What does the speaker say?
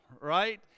right